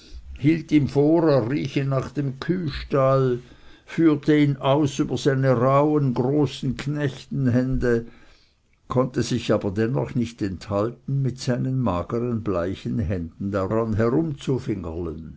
rieche nach dem kühstall führte ihn aus über seine rauhen großen knechtenhände konnte sich aber denn doch nicht enthalten mit seinen magern bleichen händen daran